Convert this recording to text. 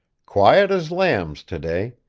quiet as lambs to-day.